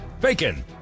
Bacon